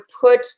put